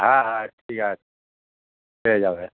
হ্যাঁ হ্যাঁ ঠিক আছে পেয়ে যাবে